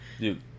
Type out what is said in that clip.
dude